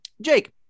Jake